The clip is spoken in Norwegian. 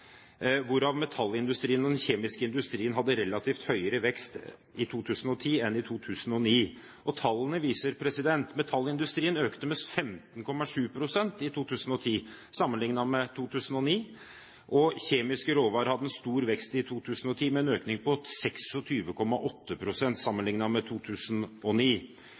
og metallindustrien og den kjemiske industrien hadde relativt høyere vekst i 2010 enn i 2009. Tallene viser at metallindustrien økte med 15,7 pst. i 2010 sammenlignet med i 2009, og kjemiske råvarer hadde stor vekst i 2010, med en økning på 26,8 pst. sammenlignet med 2009.